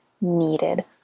needed